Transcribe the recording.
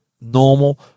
normal